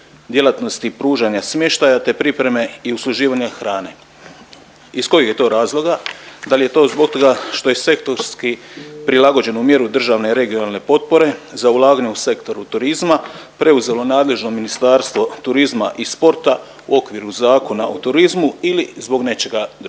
djelatnosti pružanja smještaja te pripreme i usluživanja hrane. Iz kojih je to razloga? Da li je to zbog toga što je sektorski prilagođenu mjeru državne regionalne potpore za ulaganje u sektoru turizma, preuzelo nadležno Ministarstvo turizma i sporta u okviru Zakona o turizmu ili zbog nečega drugoga?